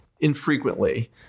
infrequently